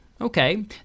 Okay